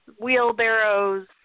wheelbarrows